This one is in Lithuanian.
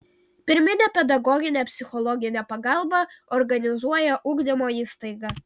pirminę pedagoginę psichologinę pagalbą organizuoja ugdymo įstaiga